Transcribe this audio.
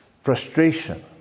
Frustration